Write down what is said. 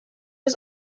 was